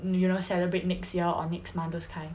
err celebrate next year or next month those kind